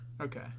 Okay